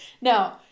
Now